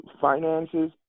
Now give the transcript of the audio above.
finances